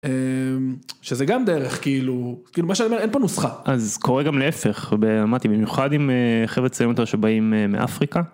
שזה גם דרך, כאילו, כאילו מה שאני אומר אין פה נוסחה, אז קורה גם להפך, אמרתי במיוחד עם חברה צעירים יותר שבאים מאפריקה.